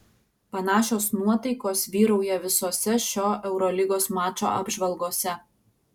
panašios nuotaikos vyrauja visose šio eurolygos mačo apžvalgose